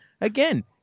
Again